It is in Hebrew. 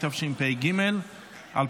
התשפ"ג 2023,